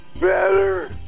better